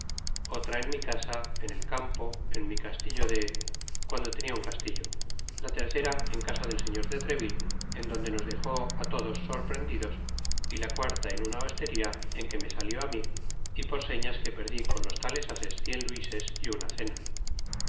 otra en mi casa en el campo en mi castitlo de cuando tenia un castillo la tercera en casa del señor de treville en donde nos dejó á todo so prendidos y la cuarta en una hosteria en que me salió á mi y por señas que perdi con los tales ases cien luises y una cena